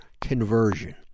conversion